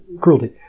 cruelty